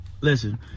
listen